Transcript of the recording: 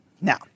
Now